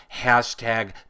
hashtag